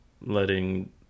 letting